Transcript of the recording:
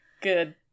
Good